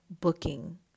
booking